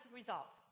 resolve